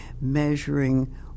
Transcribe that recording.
measuring